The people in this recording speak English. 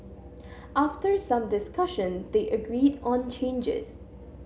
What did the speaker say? after some discussion they agreed on changes